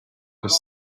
was